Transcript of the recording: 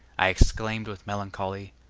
i exclaimed with melancholy,